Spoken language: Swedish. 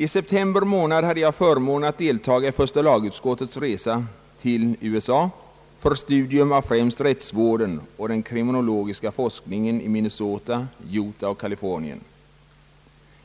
I september månad hade jag förmånen att deltaga i första lagutskottets resa till USA för studium av främst rättsvården och den kriminologiska forskningen i Minnesota, Utah och Kalifornien.